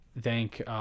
thank